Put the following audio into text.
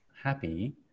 happy